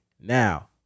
now